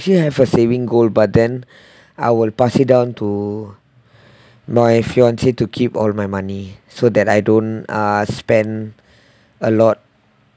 actually have a saving goal but then I will pass it down to my fiance to keep all my money so that I don't uh spend a lot